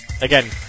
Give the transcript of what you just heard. again